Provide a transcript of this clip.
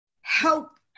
help